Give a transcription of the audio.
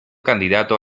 candidato